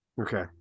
Okay